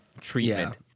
treatment